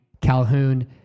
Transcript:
Calhoun